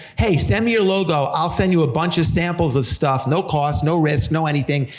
hey, send me your logo, i'll send you a bunch of samples of stuff, no cost, no risk, no anything,